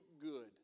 good